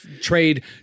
trade